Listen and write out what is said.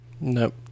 Nope